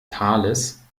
tales